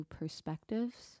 perspectives